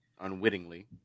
unwittingly